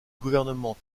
gouvernement